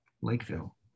Lakeville